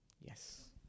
Yes